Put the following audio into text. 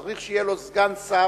צריך שיהיה לו סגן שר,